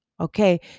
okay